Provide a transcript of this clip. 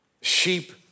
sheep